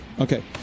Okay